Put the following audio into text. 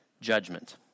judgment